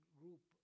group